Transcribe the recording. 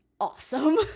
awesome